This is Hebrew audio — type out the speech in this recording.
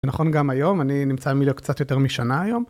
נכון גם היום, אני נמצא במליו קצת יותר משנה היום.